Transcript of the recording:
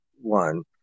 one